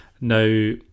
Now